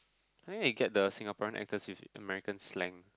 where you get the Singaporean actors with American slang